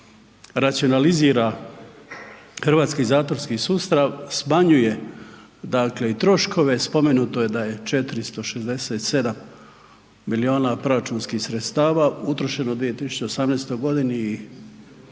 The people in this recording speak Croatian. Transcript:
racionalizira hrvatski zatvorski sustav, smanjuje dakle i troškove, spomenuto je da je 467 milijuna proračunskih sredstava utrošeno u 2018.g. i